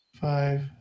five